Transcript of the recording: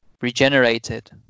regenerated